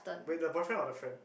wait the boyfriend or the friend